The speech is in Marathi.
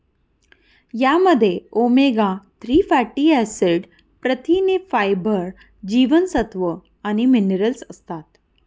यामध्ये ओमेगा थ्री फॅटी ऍसिड, प्रथिने, फायबर, जीवनसत्व आणि मिनरल्स असतात